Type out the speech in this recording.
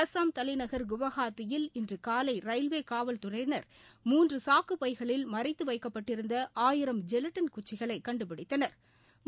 அஸ்ஸாம் தலைநகா குவாஹாத்தியில் தலைநகரில் இன்று காலை ரயில்வே காவல்துறையினா் மூன்று சாக்குப் பைகளில் மறைத்து வைக்கப்பட்டிருந்த ஆயிரம் ஜெலட்டின் குச்சிகளை கண்டுபிடித்தனா்